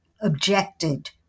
objected